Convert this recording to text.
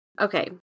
okay